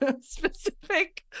specific